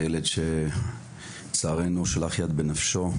הילד שלצערנו שלח יד בנפשו.